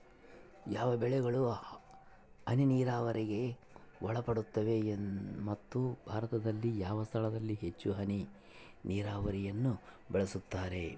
ಯಾವ ಬೆಳೆಗಳು ಹನಿ ನೇರಾವರಿಗೆ ಒಳಪಡುತ್ತವೆ ಮತ್ತು ಭಾರತದಲ್ಲಿ ಯಾವ ಸ್ಥಳದಲ್ಲಿ ಹೆಚ್ಚು ಹನಿ ನೇರಾವರಿಯನ್ನು ಬಳಸುತ್ತಾರೆ?